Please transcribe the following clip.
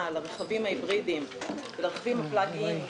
על הרכבים ההיברידיים והרכבים הפלאג-אין,